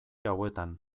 hauetan